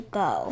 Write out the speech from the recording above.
go